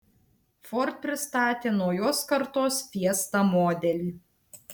ford pristatė naujos kartos fiesta modelį